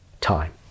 time